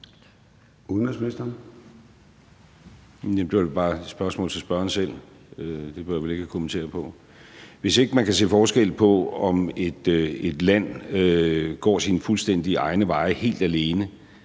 Hvis ikke man kan se forskel på, om et land går sine fuldstændig egne veje helt alene,